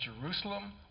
jerusalem